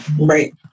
Right